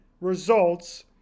results